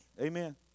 Amen